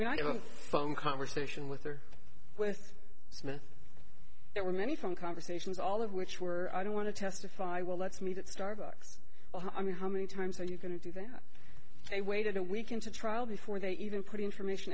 mean i don't know phone conversation with her with smith there were many phone conversations all of which were i don't want to testify well let's meet at starbucks i mean how many times are you going to do that they waited a week into trial before they even put information